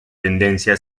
tendencia